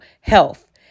health